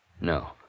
No